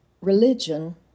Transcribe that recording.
religion